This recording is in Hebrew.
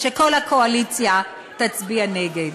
שכל הקואליציה תצביע נגד,